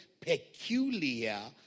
peculiar